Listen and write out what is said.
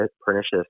pernicious